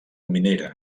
minera